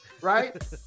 right